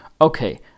okay